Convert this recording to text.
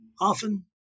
often